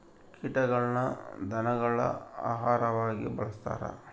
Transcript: ಕೀಟಗಳನ್ನ ಧನಗುಳ ಆಹಾರವಾಗಿ ಬಳಸ್ತಾರ